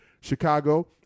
Chicago